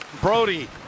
Brody